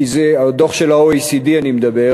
על הדוח של ה-OECD אני מדבר,